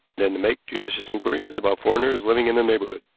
then to make judicious inquiries about foreigners living in the neighborhood.